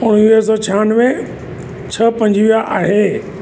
उणिवीह सौ छहानवे छह पंजुवीह आहे